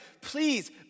please